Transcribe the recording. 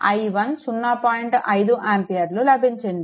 5 ఆంపియర్లు లభించింది